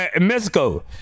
Mexico